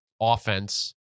offense